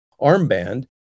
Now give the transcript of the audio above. armband